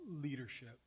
leadership